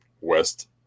West